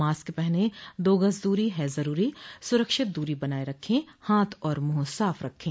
mask पहनें दो गज़ दूरी है ज़रूरी सुरक्षित दूरी बनाए रखें हाथ और मुंह साफ़ रखें